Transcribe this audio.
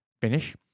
finish